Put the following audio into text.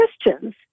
Christians